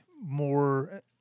more